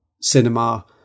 cinema